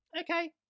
Okay